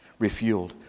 refueled